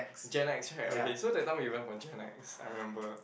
Gen X right okay so that time we went for Gen X I remember